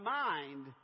mind